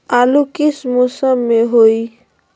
आलू किस मौसम में होई?